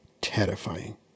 terrifying